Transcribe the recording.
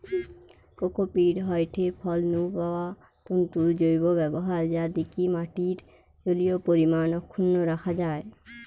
cocopeat হয়ঠে ফল নু পাওয়া তন্তুর জৈব ব্যবহার যা দিকি মাটির জলীয় পরিমাণ অক্ষুন্ন রাখা যায়